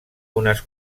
unes